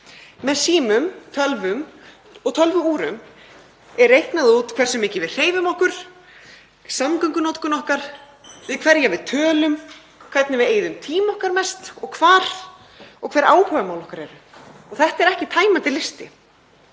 Með símum, tölvum og tölvuúrum er reiknað út hversu mikið við hreyfum okkur, samgöngunotkun okkar, við hverja við tölum, hvernig við eyðum tíma okkar mest og hvar og hver áhugamál okkar eru. Þetta er ekki tæmandi listi.